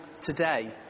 today